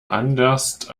anderst